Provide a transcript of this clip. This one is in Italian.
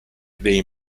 dei